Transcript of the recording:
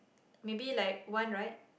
maybe like one ride